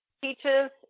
teaches